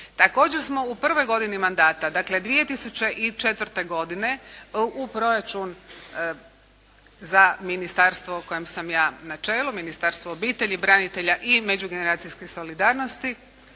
Također smo u prvoj godini mandata dakle 2004. godine u proračun za ministarstvu u kojem sam ja na čelu, Ministarstvo obitelji, branitelja i međugeneracijske solidarnosti